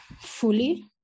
fully